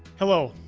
hello,